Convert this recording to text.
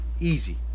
Easy